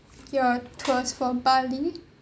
your tours for bali